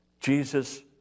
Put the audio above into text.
Jesus